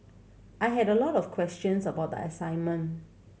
I had a lot of questions about the assignment